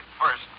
first